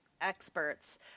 experts